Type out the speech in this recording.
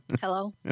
hello